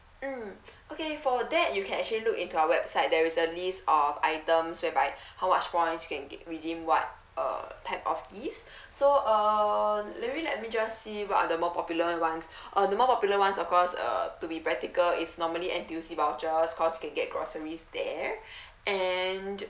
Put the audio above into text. mm okay for that you can actually look into our website there is a list of items whereby how much points you can redeem what uh type of gifts so uh may be let me just see what are the more popular ones uh the more popular ones of course uh to be practical it's normally N_T_U_C vouchers cause can get groceries there and